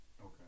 Okay